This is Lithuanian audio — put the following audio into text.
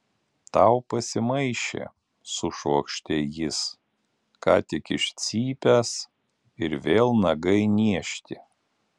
tau pasimaišė sušvokštė jis ką tik iš cypęs ir vėl nagai niežti